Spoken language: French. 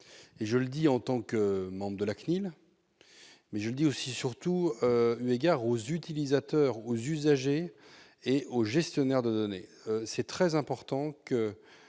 Je le dis en tant que membre de la CNIL, mais aussi et surtout eu égard aux utilisateurs, aux usagers et aux gestionnaires de données. Je peux paraître